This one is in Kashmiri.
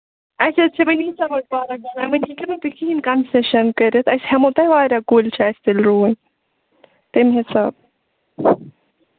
اَسہِ حظ چھِ وۅنۍ ییٖژاہ بٔڈ پارَک بَناوٕنۍ وۅنۍ ہٮ۪کِو نا تُہۍ کِہیٖنٛۍ کَنسیشَن کٔرِتھ أسۍ ہٮ۪مَو تۅہہِ واریاہ کُلۍ چھِ اَسہِ تیٚلہِ رُوٕنۍ تَمہِ حِسابہٕ